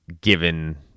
given